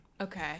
Okay